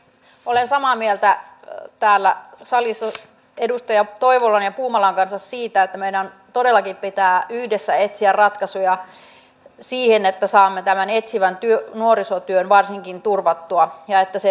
olen samaa mieltä täällä salissa edustajien toivola ja puumala kanssa siitä että meidän todellakin pitää yhdessä etsiä ratkaisuja siihen että saamme tämän etsivän nuorisotyön varsinkin turvattua ja että se saa jatkoa